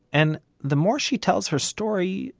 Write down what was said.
and, the more she tells her story,